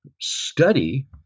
study